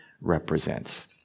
represents